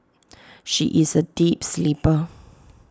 she is A deep sleeper